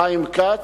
חיים כץ,